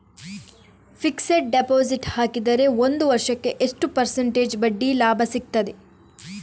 Fixed deposit ಹಾಕಿದರೆ ಒಂದು ವರ್ಷಕ್ಕೆ ಎಷ್ಟು ಪರ್ಸೆಂಟೇಜ್ ಬಡ್ಡಿ ಲಾಭ ಸಿಕ್ತದೆ?